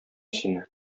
сине